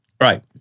Right